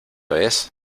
vez